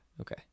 okay